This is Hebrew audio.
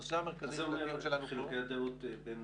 מה זה אומר חילוקי הדעות בין